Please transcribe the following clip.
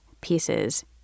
pieces